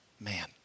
man